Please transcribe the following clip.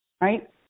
Right